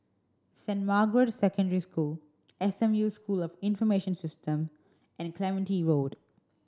Saint Margaret's Secondary School S M U School of Information System and Clementi Road